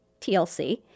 TLC